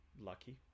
lucky